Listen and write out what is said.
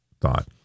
thought